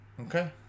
Okay